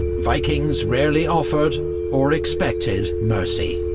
vikings rarely offered or expected mercy